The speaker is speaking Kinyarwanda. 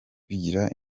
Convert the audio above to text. bigira